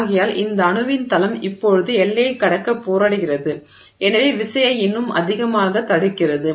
ஆகையால் இந்த அணுவின் தளம் இப்போது எல்லையைக் கடக்க போராடுகிறது எனவே விசையை இன்னும் அதிகமாக தடுக்கிறது